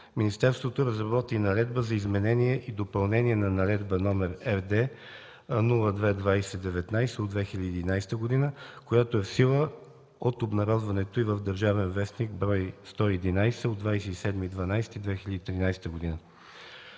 Министерството разработи Наредба за изменение и допълнение на Наредба № РД-02-20-19 от 2011 г., която е в сила от обнародването й в „Държавен вестник“, бр. 111 от 27.12.2013 г.